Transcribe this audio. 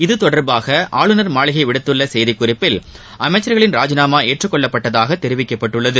இத்தொடர்பாக ஆளுநர் மாளிகை விடுத்துள்ள செய்திக்குறிப்பில் அமைச்சர்களின் ராஜினாமா ஏற்றுக்கொள்ளப்பட்டதாக தெரிவிக்கப்பட்டுள்ளது